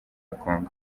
congo